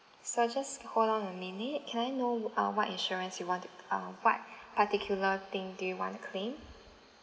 so just hold on a minute can I know uh what insurance you want to uh what particular thing do you want to claim